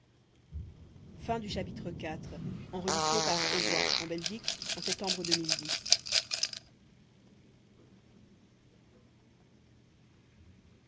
chapitre iv la